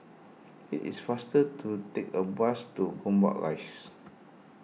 it is faster to take a bus to Gombak Rise